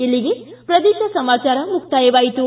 ಇಲ್ಲಿಗೆ ಪ್ರದೇಶ ಸಮಾಚಾರ ಮುಕ್ತಾಯವಾಯಿತು